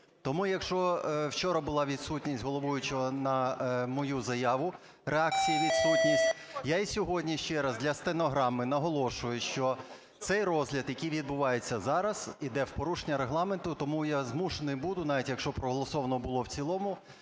Тому, якщо вчора була відсутність головуючого на мою заяву реакція відсутня, я і сьогодні ще раз для стенограми наголошую, що цей розгляд, який відбувається зараз, іде в порушення Регламенту, тому я змушений буду, навіть якщо проголосовано було в цілому,